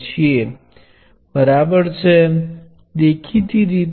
ત્યા V1 નુ મુલ્ય હુ 0 ધારીશ